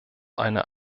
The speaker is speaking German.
einer